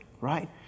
right